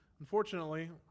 Unfortunately